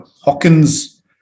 Hawkins